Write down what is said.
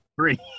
Three